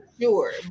sure